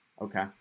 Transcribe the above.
Okay